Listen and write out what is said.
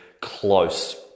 close